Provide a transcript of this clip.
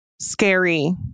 Scary